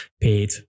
paid